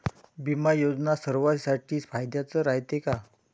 बिमा योजना सर्वाईसाठी फायद्याचं रायते का?